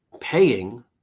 paying